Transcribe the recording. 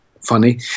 funny